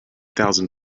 thousand